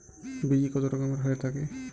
বীজ কত রকমের হয়ে থাকে?